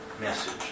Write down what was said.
message